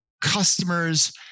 customers